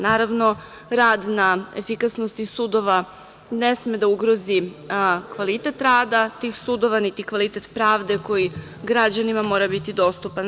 Naravno, rad na efikasnosti sudova ne sme da ugrozi kvalitet rada tih sudova, niti kvalitet pravde koji građanima mora biti dostupan.